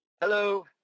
Hello